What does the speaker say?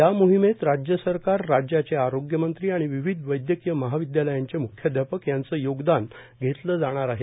या मोहिमेत राज्य सरकारं राज्याचे आरोग्यमंत्री आणि विविध वैद्यकीय महाविद्यालयांचे मुख्याध्यापक यांचं योगदान घेतलं जाणार आहे